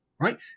Right